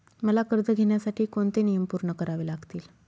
मला कर्ज घेण्यासाठी कोणते नियम पूर्ण करावे लागतील?